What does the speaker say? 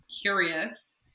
curious